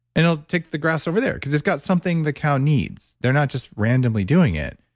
and i'll take the grass over there. because it's got something the cow needs. they're not just randomly doing it.